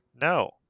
No